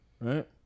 right